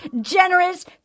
generous